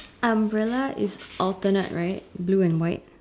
umbrella is alternate right blue and white